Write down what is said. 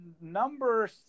number